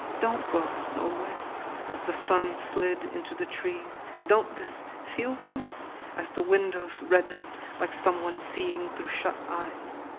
don't go nowhere as the sun slid into the trees. don't this feel good as the windows reddened like someone seeing through shut eyes.